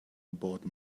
about